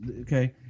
okay